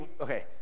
okay